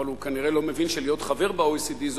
אבל הוא כנראה לא מבין שלהיות חבר ב-OECD זה